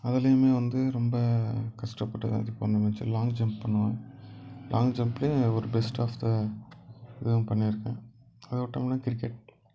அதுலேயுமே வந்து ரொம்ப கஷ்டப்பட்டு தான் இது பண்ணுவேன் அடுத்து லாங்க் ஜம்ப் பண்ணுவேன் லாங்க் ஜம்ப்புலேயே ஒரு பெஸ்ட் ஆஃப் த இதுவும் பண்ணியிருக்கேன் அதை விட்டோம்னா கிரிக்கெட்